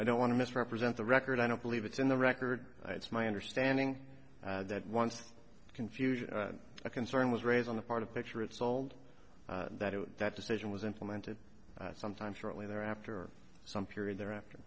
i don't want to misrepresent the record i don't believe it's in the record it's my understanding that once the confusion concern was raised on the part of picture it sold that it was that decision was implemented sometime shortly there after some period thereafter